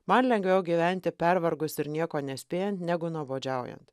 man lengviau gyventi pervargus ir nieko nespėjant negu nuobodžiaujant